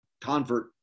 convert